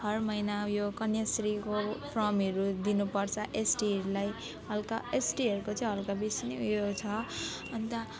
हर महिना उयो कन्याश्रीको फर्महरू दिनुपर्छ एसटीहरूलाई हल्का एसटीहरूको चाहिँ हल्का बेसी नै उयो छ अन्त